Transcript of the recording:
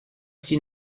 six